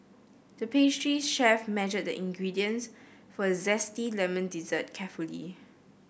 the pastry chef measured the ingredients for a zesty lemon dessert carefully